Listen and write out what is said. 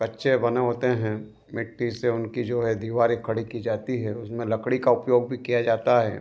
कच्चे बने होते हैं मिट्टी से उनकी जो है दिवारें खड़ी कि जाती है उसमें लकड़ी का उपयोग भी किया जाता है